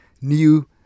new